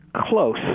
close